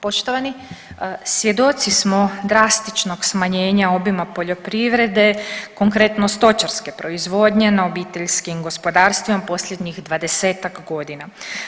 Poštovani, svjedoci smo drastičnog smanjenja obima poljoprivrede, konkretno stočarske proizvodnje na obiteljskim gospodarstvima posljednjih 20-tak godina.